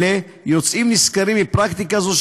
אלה יוצאים נשכרים מפרקטיקה זו,